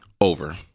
Over